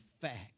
fact